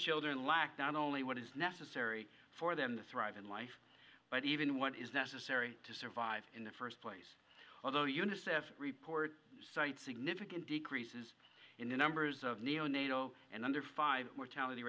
children lack not only what is necessary for them to thrive life but even what is necessary to survive in the first place although unicef report cites significant decreases in the numbers of neonatal and under five mortality